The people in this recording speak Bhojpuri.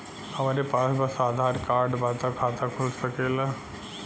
हमरे पास बस आधार कार्ड बा त खाता खुल सकेला?